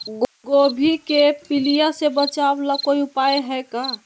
गोभी के पीलिया से बचाव ला कोई उपाय है का?